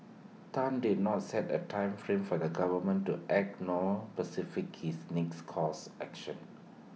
Tan did not set A time frame for the government to act nor specified his next course action